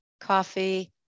coffee